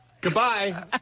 Goodbye